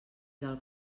del